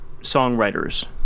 songwriters